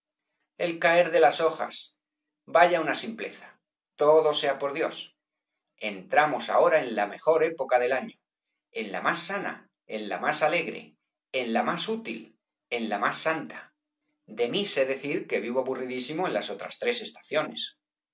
el caer de las hojas vaya una simple za todo sea por dios entramos ahora en la época mejor del año en la más sana en la más alegre en la más útil en la más santa de mí sé decir que vivo aburridísimo en las otras tres estaciones